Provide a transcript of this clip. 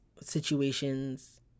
situations